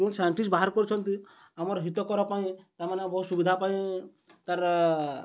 ଯେଉଁ ସାଇଣ୍ଟିଷ୍ଟ ବାହାର କରୁଛନ୍ତି ଆମର ହିତ କରିବା ପାଇଁ ତା'ମାନେ ବହୁତ ସୁବିଧା ପାଇଁ ତା'ର